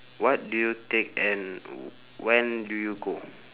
what do you take and when do you go